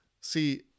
See